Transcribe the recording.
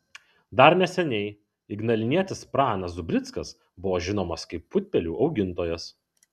dar neseniai ignalinietis pranas zubrickas buvo žinomas kaip putpelių augintojas